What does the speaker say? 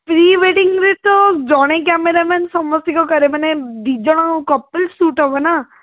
pre ୱେଡ଼ିଙ୍ଗରେ ତ ଜଣେ କ୍ୟାମେରା ମ୍ୟାନ୍ ସମସ୍ତଙ୍କ କରେ ମାନେ ଦୁଇ ଜଣ କପଲ୍ ସୁଟ୍ ହବ ନା